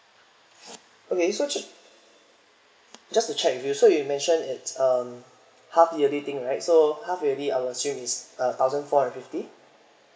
okay so ju~ just to check with you so you mentioned it's um half yearly thing right so half yearly I will assume is uh thousand four hundred fifty